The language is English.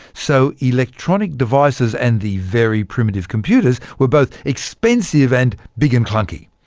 so electronic devices and the very primitive computers were both expensive and big and clunky.